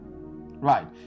right